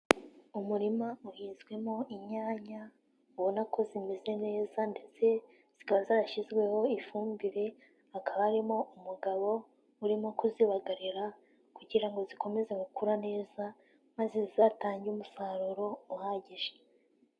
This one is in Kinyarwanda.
Umurima uhinzwemo inyanya ubona ko zimeze neza ndetse zikaba zarashyizweho ifumbire, hakaba harimo umugabo urimo kuzibagarira kugira ngo zikomeze gukura neza, maze zizatange umusaruro uhagije.